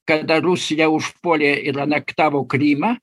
kada rusija užpuolė ir anektavo krymą